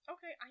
Okay